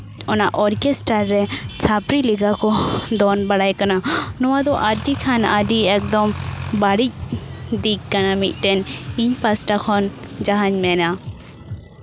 ᱚᱱᱟ ᱚᱨᱜᱮᱥᱴᱟᱨ ᱨᱮ ᱪᱷᱟᱯᱲᱤ ᱞᱮᱠᱟᱠᱚ ᱫᱚᱱ ᱵᱟᱲᱟᱭ ᱠᱟᱱᱟ ᱱᱚᱣᱟ ᱫᱚ ᱟᱹᱰᱤ ᱠᱷᱟᱱ ᱟᱹᱰᱤ ᱮᱠᱫᱚᱢ ᱵᱟᱲᱤᱡ ᱫᱤᱠ ᱠᱟᱱᱟ ᱢᱤᱫᱴᱮᱱ ᱤᱧ ᱯᱟᱥᱴᱟ ᱠᱷᱚᱱ ᱡᱟᱦᱟᱸᱧ ᱢᱮᱱᱟ